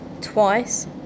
Twice